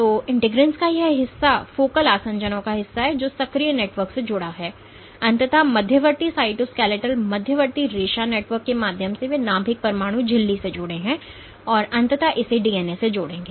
तो इंटीग्रिंस का यह हिस्सा फोकल आसंजनों का हिस्सा है जो सक्रिय नेटवर्क से जुड़ा हुआ है और अंततः मध्यवर्ती साइटोस्केलेटल मध्यवर्ती रेशा नेटवर्क के माध्यम से वे नाभिक परमाणु झिल्ली से जुड़े हैं और अंततः इसे डीएनए से जोड़ेंगे